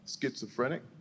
schizophrenic